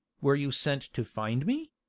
were you sent to find me?